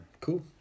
cool